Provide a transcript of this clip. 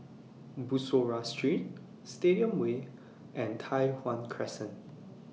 Bussorah Street Stadium Way and Tai Hwan Crescent